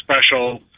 special